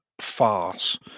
farce